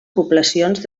poblacions